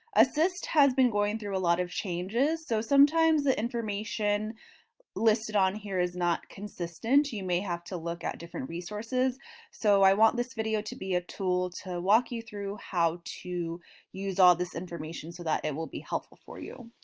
assist has been going through a lot of changes so sometimes the information listed on here is not consistent. you you may have to look at different resources so i want this video to be a tool to walk you through how to use all this information so that it will be helpful for you.